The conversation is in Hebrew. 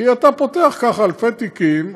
כי אתה פותח אלפי תיקים,